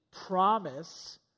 promise